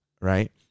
Right